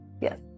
Yes